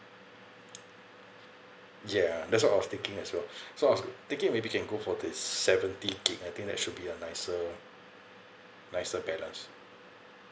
ya that's what I was thinking as well so I was thinking maybe can go for this seventy gigabyte I think that should be a nicer nicer balance